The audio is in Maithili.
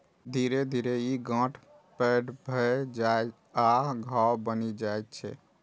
धीरे धीरे ई गांठ पैघ भए जाइ आ घाव बनि जाइ छै